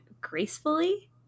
gracefully